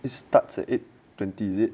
it starts at eight twenty is it